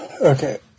Okay